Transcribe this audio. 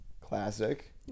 Classic